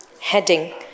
Heading